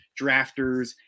drafters